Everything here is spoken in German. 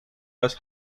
das